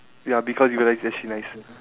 ya because you realise it's actually nice